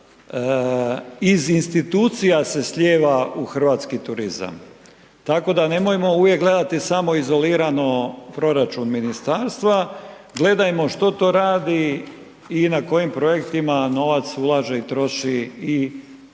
iz institucija se slijeva u hrvatski turizam. Tako da nemojmo uvijek gledati samo izolirano proračun ministarstva, gledajmo što to radi i na kojim projektima novac ulaže i troši i sustav